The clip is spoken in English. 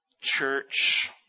church